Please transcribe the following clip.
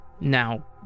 now